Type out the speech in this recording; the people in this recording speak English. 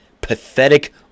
pathetic